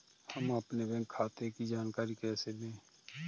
हम अपने बैंक खाते की जानकारी कैसे लें?